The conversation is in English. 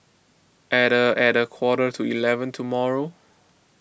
at a at a quarter to eleven tomorrow